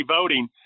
voting